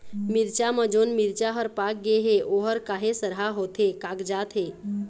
मिरचा म जोन मिरचा हर पाक गे हे ओहर काहे सरहा होथे कागजात हे?